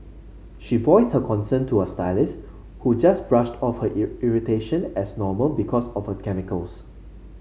she voiced her concern to her stylist who just brushed off her irritation as normal because of a chemicals